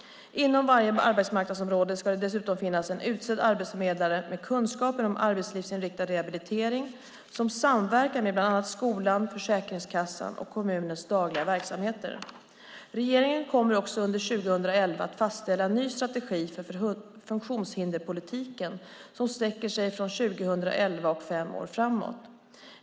Inom varje arbetsmarknadsområde ska det dessutom finnas en utsedd arbetsförmedlare med kunskaper om arbetslivsinriktad rehabilitering som samverkar med bland annat skolan, Försäkringskassan och kommunens dagliga verksamhet. Regeringen kommer också under 2011 att fastställa en ny strategi för funktionshinderspolitiken som sträcker sig från 2011 och fem år framåt.